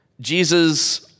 Jesus